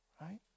right